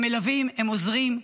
הם מלווים, הם עוזרים,